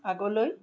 আগলৈ